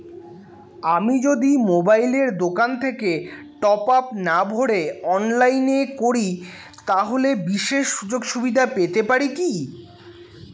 আমি যদি মোবাইলের দোকান থেকে টপআপ না ভরে অনলাইনে করি তাহলে বিশেষ সুযোগসুবিধা পেতে পারি কি?